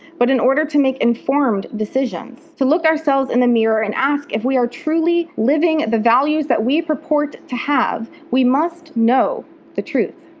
but in order to make informed decisions, to look ourselves in the mirror and ask if we are truly living the values we purport to have, we must know the truth.